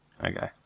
Okay